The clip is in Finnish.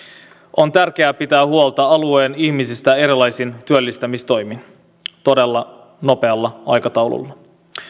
on tärkeää pitää huolta alueen ihmisistä erilaisin työllistämistoimin todella nopealla aikataululla